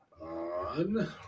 On